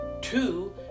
Two